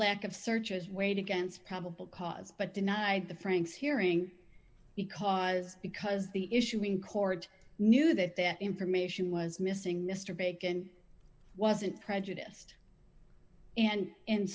lack of search was weighed against probable cause but denied the franks hearing because because the issue in court knew that that information was missing mr bacon wasn't prejudiced and